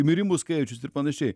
mirimų skaičius ir panašiai